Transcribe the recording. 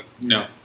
No